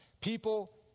people